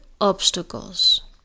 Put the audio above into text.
obstacles